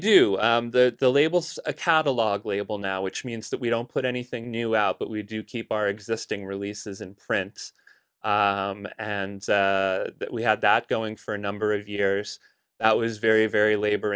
do the labels a catalog label now which means that we don't put anything new out but we do keep our existing releases and friends and we had that going for a number of years that was very very labor